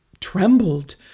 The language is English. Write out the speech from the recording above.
trembled